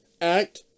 act